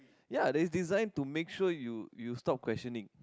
ya that is design to make sure you you stop questioning